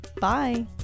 Bye